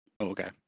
Okay